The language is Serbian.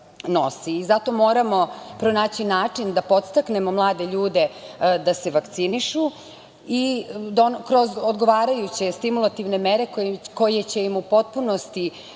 Zato moramo pronaći način da podstaknemo mlade ljude da se vakcinišu, kroz odgovarajuće stimulativne mere koje će im u potpunosti